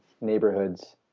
neighborhoods